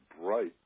bright